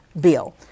bill